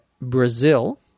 Brazil